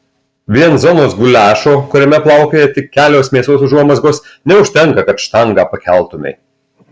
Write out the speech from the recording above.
vien zonos guliašo kuriame plaukioja tik kelios mėsos užuomazgos neužtenka kad štangą pakeltumei